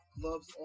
Gloves